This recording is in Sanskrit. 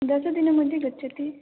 दशदिनमध्ये गच्छति